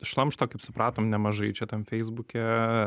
šlamšto kaip supratom nemažai čia tam feisbuke